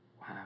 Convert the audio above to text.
Wow